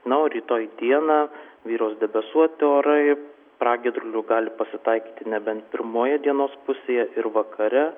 na o rytoj dieną vyraus debesuoti orai pragiedrulių gali pasitaikyti nebent pirmoje dienos pusėje ir vakare